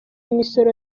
imisoro